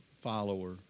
follower